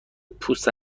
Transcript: پوست